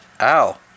Ow